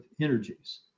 energies